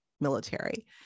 military